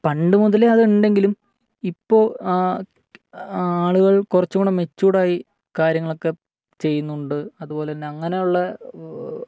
പണ്ടുമുതലേ അതുണ്ടെങ്കിലും ഇപ്പോള് ആളുകൾ കുറച്ചുകൂടെ മെച്ച്യൂഡായി കാര്യങ്ങളൊക്കെ ചെയ്യുന്നുണ്ട് അതുപോലെ തന്നെ അങ്ങനെയുള്ള